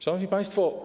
Szanowni Państwo!